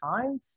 time